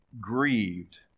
grieved